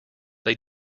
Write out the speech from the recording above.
they